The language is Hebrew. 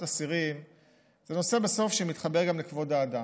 אסירים זה נושא שמתחבר בסוף גם לכבוד האדם.